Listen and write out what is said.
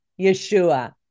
Yeshua